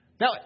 Now